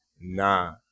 Nah